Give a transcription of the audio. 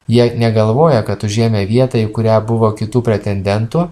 jie negalvoja kad užėmę vietą į kurią buvo kitų pretendentų